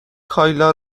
کایلا